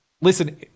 listen